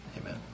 Amen